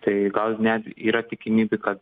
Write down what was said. tai gal net yra tikimybė kad